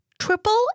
Triple